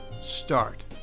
start